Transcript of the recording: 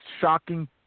shocking